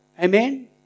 Amen